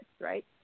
right